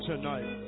tonight